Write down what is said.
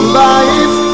life